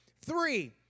Three